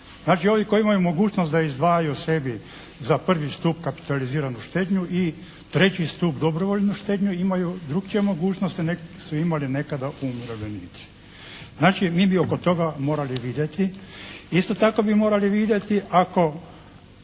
Znači ovi koji imaju mogućnost da izdvajaju sebi za prvi stup kapitaliziranu štednju i treći stup dobrovoljnu štednju imaju drukčije mogućnosti nego su imali nekada umirovljenici. Znači mi bi oko toga morali vidjeti. Isto tako bi morali vidjeti ako